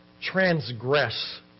transgress